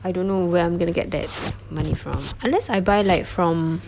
I don't know where I'm going to get that money from unless I buy like from